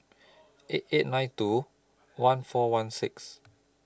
eight eight nine two one four one six